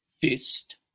Fist